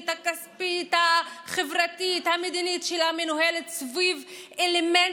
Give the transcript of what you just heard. החרדי, עוד מאות מיליונים.